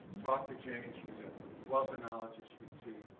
talk to jane. she's a wealth of knowledge as you can see,